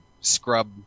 scrub